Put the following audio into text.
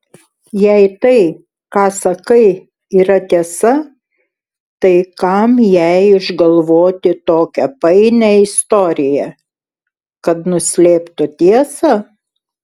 jei tai ką sakai yra tiesa tai kam jai išgalvoti tokią painią istoriją kad nuslėptų tiesą